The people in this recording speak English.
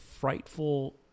frightful